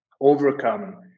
overcome